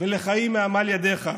ולחיים מעמל ידיך.